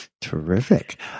Terrific